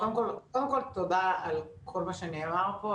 קודם כל תודה על כל מה שנאמר פה.